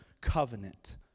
covenant